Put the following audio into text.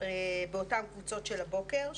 באותן קבוצות של הבוקר,